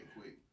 Quick